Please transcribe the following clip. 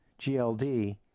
GLD